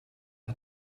hat